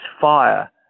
fire